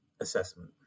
assessment